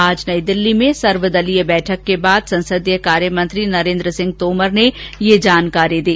आज नई दिल्ली में सर्वदलीय बैठक के बाद संसदीय कार्य मंत्री नरेन्द्र सिंह तोमर ने यह जानकारी दी